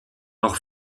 auch